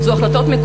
זה לא עניין הלכתי,